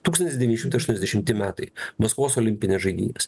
tūkstantis devyni šimtai aštuoniasdešimti metai maskvos olimpinės žaidynės